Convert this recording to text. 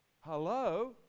Hello